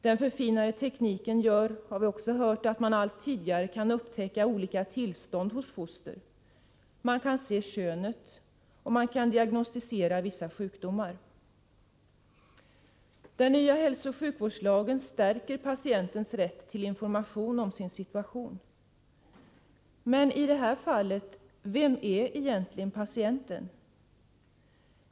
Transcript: Den förfinade tekniken gör, som vi också har hört, att man allt tidigare kan upptäcka olika tillstånd hos foster; man kan se könet och man kan diagnostisera vissa sjukdomar. Den nya hälsooch sjukvårdslagen stärker patientens rätt till information om sin situation. Vem är egentligen patienten i detta fall?